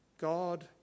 God